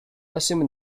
assume